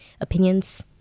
opinions